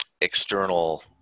external